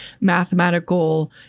mathematical